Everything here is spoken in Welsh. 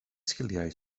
sgiliau